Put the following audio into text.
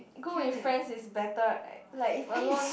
go with friends is better like if alone